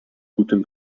gutem